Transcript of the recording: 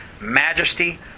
majesty